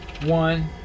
one